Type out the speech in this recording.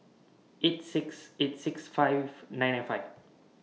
eight six eight six five nine nine five